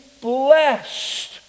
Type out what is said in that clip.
blessed